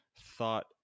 thought